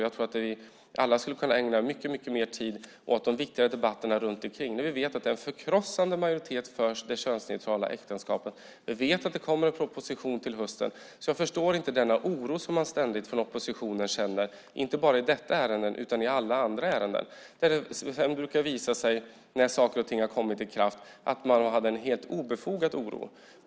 Jag tror att alla skulle kunna ägna mycket mer tid åt de viktigare debatterna runt omkring när vi vet att det är en förkrossande majoritet som är för det könsneutrala äktenskapet. Vi vet att det kommer en proposition till hösten. Därför förstår jag inte denna oro som oppositionen ständigt känner, inte bara i detta ärende utan i alla ärenden där det sedan brukar visa sig, när saker och ting har kommit i kraft, att oron var helt obefogad.